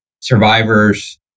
survivors